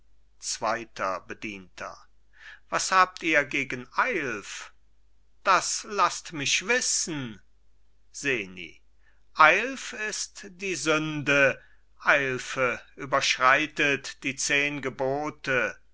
zweiter bedienter was habt ihr gegen eilf das laßt mich wissen seni eilf ist die sünde eilfe überschreitet die zehn gebote